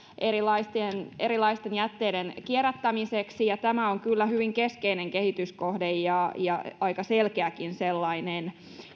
erilaisten erilaisten jätteiden kierrättämiseksi tämä on kyllä hyvin keskeinen kehityskohde ja ja aika selkeäkin sellainen